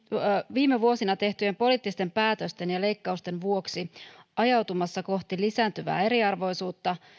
viime vuosina tehtyjen poliittisten päätösten ja leikkausten vuoksi ajautumassa kohti lisääntyvää eriarvoisuutta